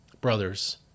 Brothers